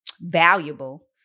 valuable